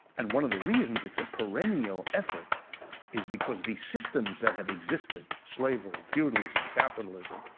and one of the reasons it's a perennial effort is because the systems that have existed, slavery, feudalism, capitalism,